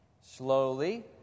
Slowly